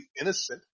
innocent